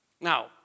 Now